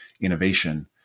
innovation